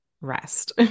rest